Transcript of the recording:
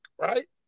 right